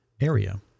area